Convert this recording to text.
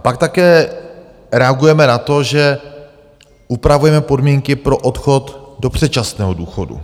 Pak také reagujeme na to, že upravujeme podmínky pro odchod do předčasného důchodu.